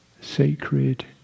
sacred